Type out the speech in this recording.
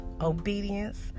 obedience